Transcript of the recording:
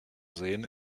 sehen